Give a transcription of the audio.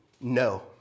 No